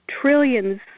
trillions